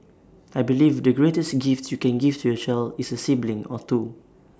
I believe the greatest gift you can give to your child is A sibling or two